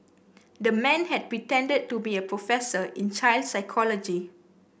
the man had pretended to be a professor in child psychology